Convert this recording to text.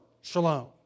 shalom